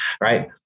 right